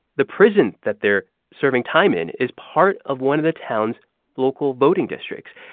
the prison that they're serving time in is part of one of the town's local voting districts.